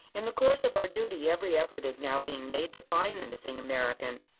in the course of our duty every effort is now being made to find the missing american.